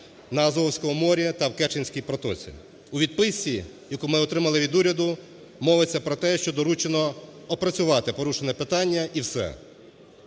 на Азовському морі та в Керченській протоці. У відписці, яку ми отримали від уряду, мовиться про те, що доручено опрацювати порушене питання, і все.